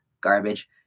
Garbage